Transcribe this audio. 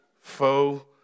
Faux